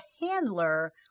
handler